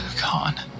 Gone